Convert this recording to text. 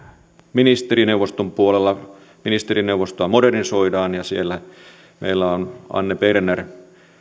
ministerineuvoston puolella ministerineuvostoa modernisoidaan ja siellä meillä on anne berner